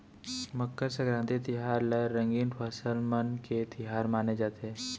मकर संकरांति तिहार ल रंगीन फसल मन के तिहार माने जाथे